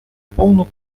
повну